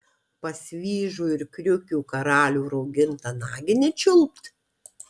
pas vyžų ir kriukių karalių raugintą naginę čiulpt